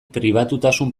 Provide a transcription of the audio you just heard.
pribatutasun